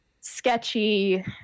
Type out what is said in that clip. sketchy